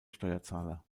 steuerzahler